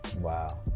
Wow